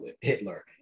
hitler